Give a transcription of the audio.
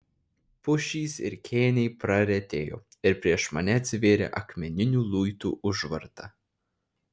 pušys ir kėniai praretėjo ir prieš mane atsivėrė akmeninių luitų užvarta